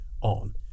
on